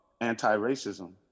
anti-racism